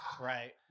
Right